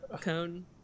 cone